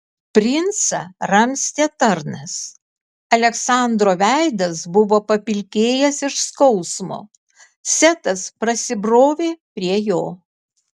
princą ramstė tarnas aleksandro veidas buvo papilkėjęs iš skausmo setas prasibrovė prie jo